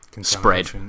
spread